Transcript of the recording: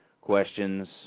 questions